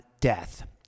death